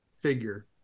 figure